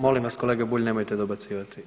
Molim vas kolega Bulj nemojte dobacivati.